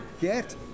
get